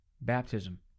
baptism